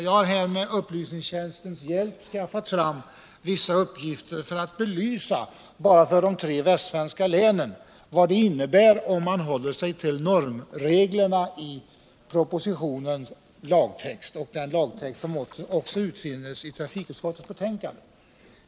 Jag har med upplysningstjänstens hjälp skaffat fram vissa uppgifter för att belysa för de tre västsvenska länen vad det innebär om man håller sig till normförslaget i propositionens lagtext, som också finns i trafikutskottets betänkande.